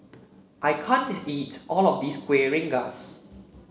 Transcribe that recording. I can't eat all of this Kueh Rengas